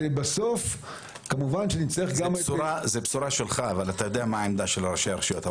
זה בשורה שלך אבל אתה יודע מה העמדה של ראשי הרשויות.